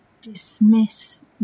dismiss